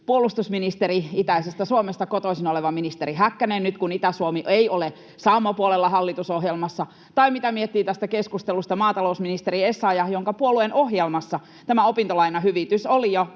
puolustusministeri, itäisestä Suomesta kotoisin oleva ministeri Häkkänen nyt, kun Itä-Suomi ei ole saamapuolella hallitusohjelmassa, tai mitä miettii tästä keskustelusta maatalousministeri Essayah, jonka puolueen ohjelmassa tämä opintolainahyvitys oli jo,